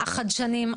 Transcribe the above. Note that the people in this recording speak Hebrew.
החדשנים,